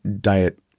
diet